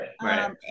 right